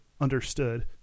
understood